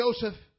Joseph